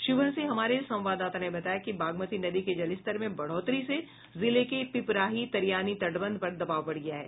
शिवहर से हमारे संवाददाता ने बताया कि बागमती नदी के जलस्तर में बढ़ोतरी से जिले के पिपराही तरियानी तटबंध पर दबाव बढ़ गया है